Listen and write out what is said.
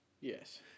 Yes